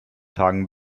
tagen